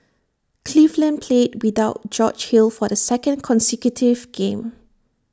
cleveland played without George hill for the second consecutive game